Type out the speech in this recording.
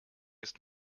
ist